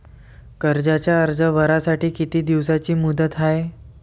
कर्जाचा अर्ज भरासाठी किती दिसाची मुदत हाय?